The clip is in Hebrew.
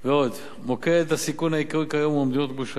מוקד הסיכון העיקרי כיום הוא מדינות גוש היורו.